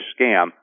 scam